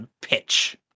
pitch